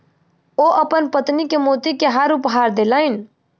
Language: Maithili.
ओ अपन पत्नी के मोती के हार उपहार देलैन